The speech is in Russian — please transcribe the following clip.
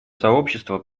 сообщество